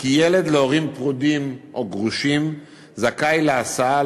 כי ילד להורים פרודים או גרושים זכאי להסעה